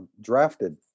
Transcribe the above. drafted